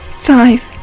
Five